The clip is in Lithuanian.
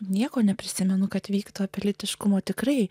nieko neprisimenu kad vyktų pilietiškumo tikrai